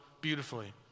beautifully